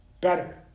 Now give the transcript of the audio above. better